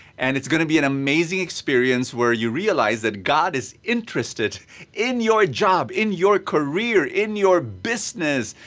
and it's gonna be an amazing experience where you realize that god is interested in your job, in your career, in your business,